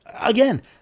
Again